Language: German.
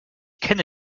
kenne